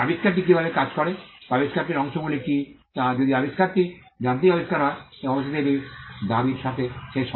আবিষ্কারটি কীভাবে কাজ করে বা আবিষ্কারটির অংশগুলি কী তা যদি আবিষ্কারটি যান্ত্রিক আবিষ্কার হয় এবং অবশেষে এটি দাবির সাথে শেষ হয়